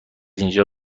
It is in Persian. اینجا